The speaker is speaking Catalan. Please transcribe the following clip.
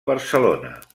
barcelona